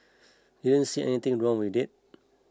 didn't see anything wrong with it